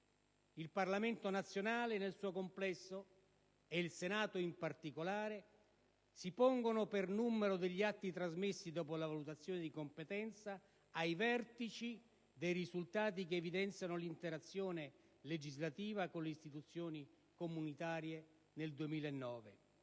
Il Parlamento nazionale nel suo complesso e il Senato in particolare si pongono, per numero di atti trasmessi dopo la valutazione di competenza, ai vertici dei risultati che evidenziano l'interazione legislativa con le istituzioni comunitarie nel 2009.